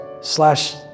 slash